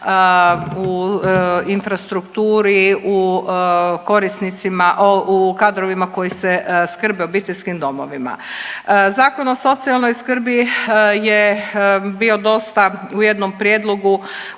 u infrastrukturi, u kadrovima koji se skrbe u obiteljskim domovima. Zakon o socijalnoj skrbi je bio dosta u jednom prijedlogu